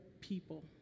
people